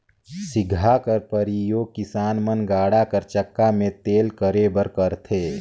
सिगहा कर परियोग किसान मन गाड़ा कर चक्का मे तेल करे बर करथे